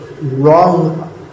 wrong